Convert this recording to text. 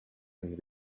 and